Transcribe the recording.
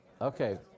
Okay